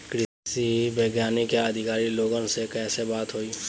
कृषि वैज्ञानिक या अधिकारी लोगन से कैसे बात होई?